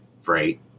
freight